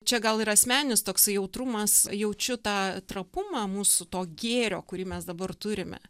čia gal ir asmeninis toksai jautrumas jaučiu tą trapumą mūsų to gėrio kurį mes dabar turime